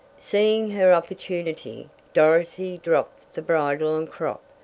seeing her opportunity, dorothy dropped the bridle and crop,